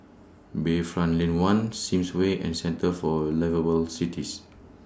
Bayfront Lane one Sims Way and Centre For Liveable Cities